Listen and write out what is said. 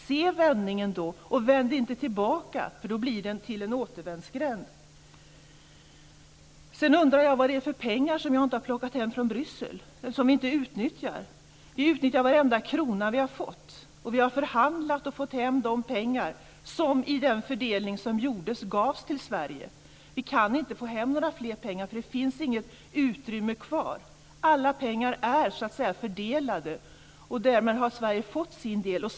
Se vändningen, och vänd inte tillbaka, för då blir den till en återvändsgränd. Jag undrar vad det är för pengar som jag inte har plockat hem från Bryssel och som vi inte utnyttjar. Vi utnyttjar varenda krona vi har fått. Vi har förhandlat och fått hem de pengar som i den fördelning som gjordes gavs till Sverige. Vi kan inte få hem fler pengar, för det finns inget utrymme kvar. Alla pengar är fördelade. Därmed har Sverige fått sin del.